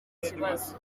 kibazo